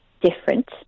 different